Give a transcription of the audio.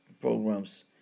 programs